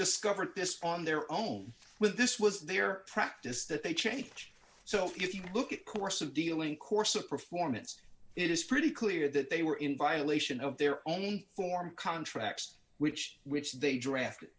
discovered this on their own with this was their practice that they change so if you look at course of dealing course of performance it is pretty clear that they were in violation of their only form contracts which which they drafted